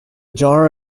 jar